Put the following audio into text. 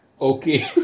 Okay